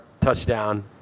touchdown –